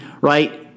right